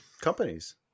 companies